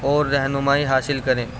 اور رہنمائی حاصل کریں